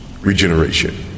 regeneration